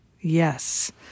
Yes